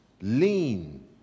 Lean